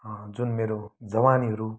जुन मेरो जवानीहरू